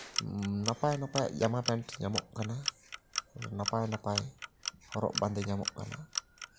ᱱᱟᱯᱟᱭ ᱱᱟᱯᱟᱭᱟᱜ ᱡᱟᱢᱟ ᱯᱮᱱᱴ ᱧᱟᱢᱚᱜ ᱠᱟᱱᱟ ᱱᱟᱯᱟᱭ ᱱᱟᱯᱟᱭ ᱦᱚᱨᱚᱜ ᱵᱟᱸᱫᱮ ᱧᱟᱢᱚᱜ ᱠᱟᱱᱟ